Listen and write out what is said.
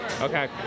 Okay